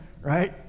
right